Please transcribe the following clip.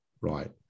right